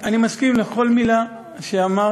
אני מסכים לכל מילה שאמרת.